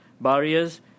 barriers